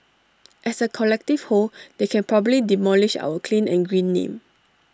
as A collective whole they can probably demolish our clean and green name